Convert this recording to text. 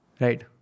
right